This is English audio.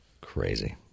Crazy